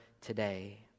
today